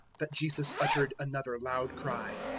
but jesus uttered another loud cry